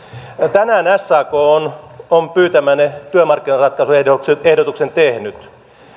tänään sak on on pyytämänne työmarkkinaratkaisuehdotuksen tehnyt